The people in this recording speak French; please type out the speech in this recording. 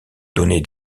donner